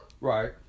Right